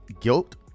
guilt